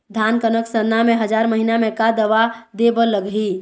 धान कनक सरना मे हजार महीना मे का दवा दे बर लगही?